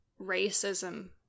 racism